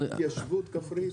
התיישבות כפרית?